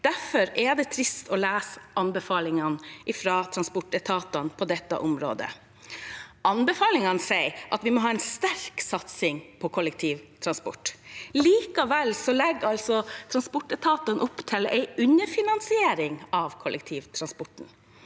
derfor er det trist å lese anbefalingene fra transportetatene på dette området. Anbefalingene sier at vi må ha en sterk satsing på kol lektivtransport, og likevel legger altså transportetatene opp til en underfinansiering av kollektivtransporten.